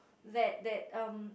that that um